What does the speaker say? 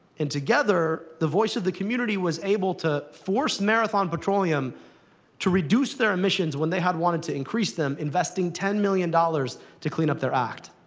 and together, the voice of the community was able to force marathon petroleum to reduce their emissions, when they had wanted to increase them, investing ten billion dollars to clean up their act.